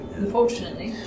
unfortunately